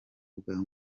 bwa